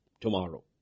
tomorrow